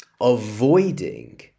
avoiding